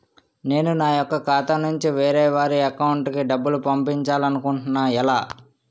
నేను నా యెక్క ఖాతా నుంచి వేరే వారి అకౌంట్ కు డబ్బులు పంపించాలనుకుంటున్నా ఎలా?